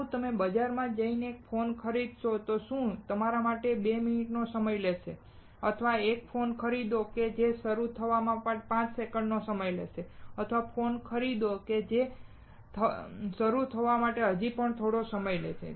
શું તમે બજારમાં જઈને એક ફોન ખરીદશો જે શરૂ થવા માટે 2 મિનિટનો સમય લેશે અથવા તમે એક ફોન ખરીદશો કે જે શરૂ થવા માટે પાંચ સેકંડનો સમય લેશે અથવા તમે તે ફોન ખરીદશો કે જે શરૂ થવા માટે હજી પણ થોડો સમય લેશે